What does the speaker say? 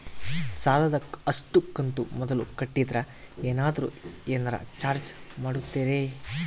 ಸಾಲದ ಅಷ್ಟು ಕಂತು ಮೊದಲ ಕಟ್ಟಿದ್ರ ಏನಾದರೂ ಏನರ ಚಾರ್ಜ್ ಮಾಡುತ್ತೇರಿ?